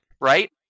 Right